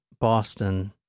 Boston